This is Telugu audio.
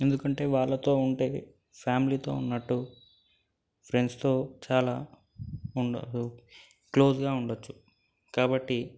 ఎందుకంటే వాళ్ళతో ఉంటే ఫ్యామిలీతో ఉన్నట్టు ఫ్రెండ్స్తో చాలా ఉండదు క్లోజ్గా ఉండచ్చు కాబట్టి